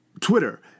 Twitter